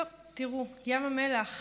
טוב, תראו, ים המלח,